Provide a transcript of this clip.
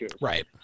Right